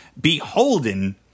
beholden